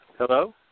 Hello